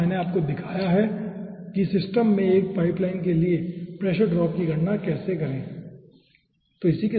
तो यहां मैंने आपको दिखाया है कि सिस्टम में एक पाइपलाइन के लिए प्रेशर ड्रॉप की गणना कैसे करें स्लाइड समय 3429 ठीक है